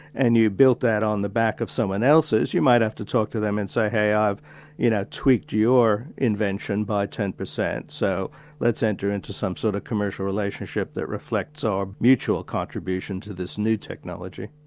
and you built that on the back of someone else's, you might have to talk to them and say, hey, i've you know tweaked your invention by ten percent, so let's enter into some sort of commercial relationship that reflects our mutual contribution to this new technology.